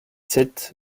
sept